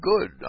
good